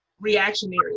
reactionary